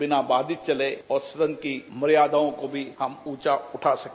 बिना बाधित चले और सदन की मर्यादाओं को भी हम ऊँचा उठा सके